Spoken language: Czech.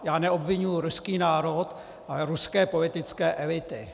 Já neobviňuji ruský národ, ale ruské politické elity.